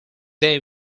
they